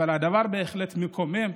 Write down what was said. אבל הדבר בהחלט מקומם,